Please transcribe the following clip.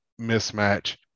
mismatch